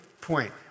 point